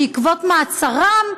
בעקבות מאסרם,